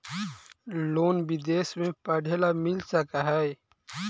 Loan विदेश में पढ़ेला मिल सक हइ?